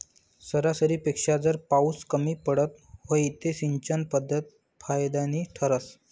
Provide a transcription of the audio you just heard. सरासरीपेक्षा जर पाउस कमी पडत व्हई ते सिंचन पध्दत फायदानी ठरस